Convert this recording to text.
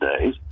days